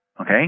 okay